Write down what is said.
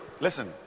Listen